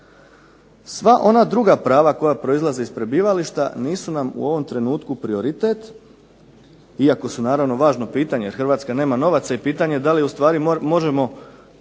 Sva ona druga prava koja proizlaze iz prebivališta nisu nam u ovom trenutku prioritet, iako su naravno važno pitanje jer Hrvatska nema novaca. I pitanje da li u stvari možemo